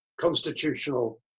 constitutional